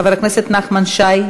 חבר הכנסת נחמן שי,